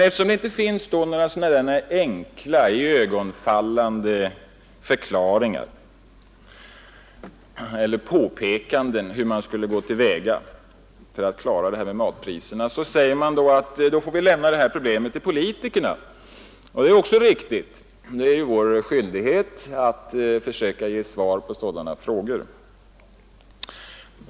Eftersom det alltså inte finns några enkla och iögonenfallande förklaringar och man inte heller kan göra några enkla påpekanden om hur man skulle gå till väga för att klara matpriserna, säger man: ”Då får vi överlämna det här problemet till politikerna.” Och det är också riktigt; det är vår skyldighet att försöka ge svar på sådana frågor.